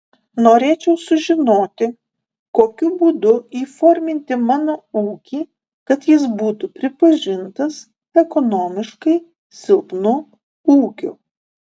norėčiau sužinoti kokiu būdu įforminti mano ūkį kad jis būtų pripažintas ekonomiškai silpnu ūkiu